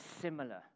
similar